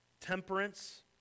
temperance